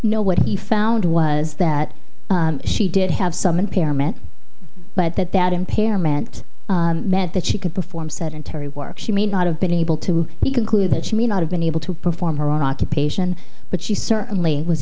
no what he found was that she did have some impairment but that that impairment meant that she could perform sedentary work she may not have been able to conclude that she may not have been able to perform her occupation but she certainly was